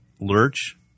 Lurch